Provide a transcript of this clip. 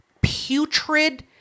putrid